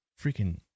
Freaking